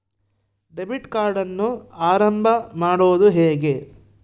Debit ಕಾರ್ಡನ್ನು ಆರಂಭ ಮಾಡೋದು ಹೇಗೆ?